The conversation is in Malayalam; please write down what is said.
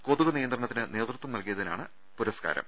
കൊതുക് നിയന്ത്രണത്തിന് നേതൃത്വം നൽകിയതിനാണ് പുരസ്കാരം